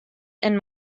and